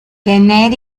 tener